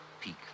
Peak